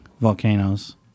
volcanoes